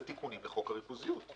אלה תיקונים לחוק הריכוזיות.